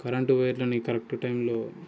current వైర్లని correct టైంలో